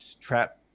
trap